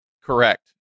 Correct